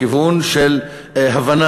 לכיוון של הבנה,